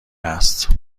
هست